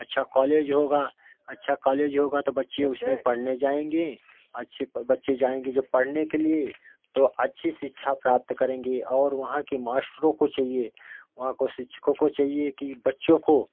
अच्छा कॉलेज होगा अच्छा कॉलेज होगा तो बच्चे उसमें पढ़ने जाएँगे अच्छे बच्चे जाएँगे जब पढ़ने के लिए तो अच्छी शिक्षा प्राप्त करेंगे और वहाँ के मास्टरों को चाहिए वहाँ के शिक्षकों को चाहिए कि बच्चों को